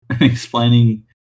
Explaining